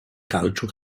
calcio